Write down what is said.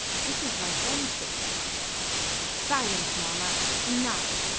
this is my friend's face silence, mahmat enough!